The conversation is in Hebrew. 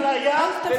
בלי אפליה ובלי גזענות.